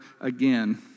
again